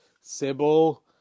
Sybil